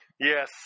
Yes